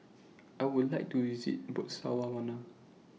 I Would like to visit Botswana